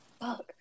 fuck